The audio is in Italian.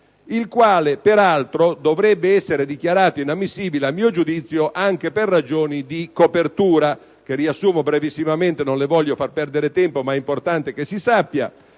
emendamento peraltro dovrebbe essere dichiarato inammissibile, a mio giudizio, anche per ragioni di copertura che riassumo brevemente; non le voglio far perdere tempo, ma è importante che si sappia.